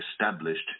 established